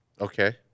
Okay